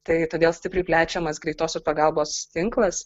tai todėl stipriai plečiamas greitosios pagalbos tinklas